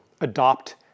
adopt